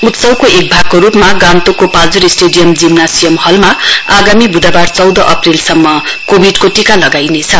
उत्सवको एक भागको रुपमा गान्तोकको पाल्जोर स्टेडियम जिमनासियम हलमा आगामी बुधवार चौध अप्रेलसम्म कोविडको टीका लगाइनेछ